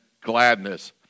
gladness